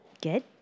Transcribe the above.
Good